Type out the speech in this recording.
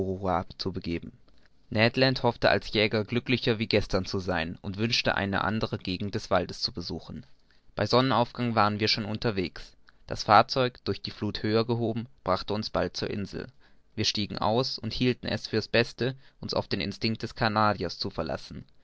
zu begeben ned land hoffte als jäger glücklicher wie gestern zu sein und wünschte eine andere gegend des waldes zu besuchen bei sonnenaufgang waren wir schon unterwegs das fahrzeug durch die fluth höher gehoben brachte uns bald zur insel wir stiegen aus und hielten es für's beste uns auf den instinct des canadiers zu verlassen